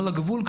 על הגבול,